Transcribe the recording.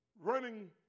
running